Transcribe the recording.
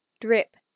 Drip